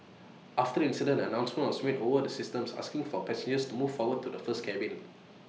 after the incident an announcement was made over the systems asking for passengers to move forward to the first cabin